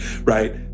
right